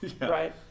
right